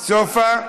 סופה.